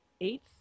eighth